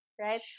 right